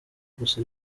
gusa